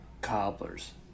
cobbler's